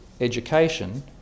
education